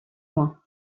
mois